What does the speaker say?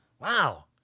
wow